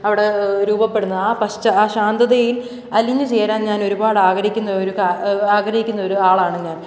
അവിടെ രൂപപ്പെടുന്ന ആ ആ ശാന്തതയിൽ അലിഞ്ഞു ചേരാൻ ഞാൻ ഒരുപാട് ആഗ്രഹിക്കുന്ന ഒരു ആഗ്രഹിക്കുന്ന ഒരു ആളാണ് ഞാൻ